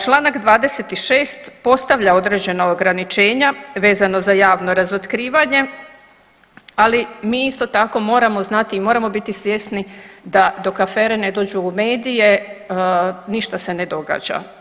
Članak 26. postavlja određena ograničenja vezano za javno razotkrivanje, ali mi isto tako moramo znati i moramo biti svjesni da dok afere ne dođu u medije ništa se ne događa.